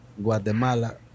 Guatemala